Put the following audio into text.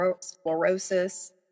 sclerosis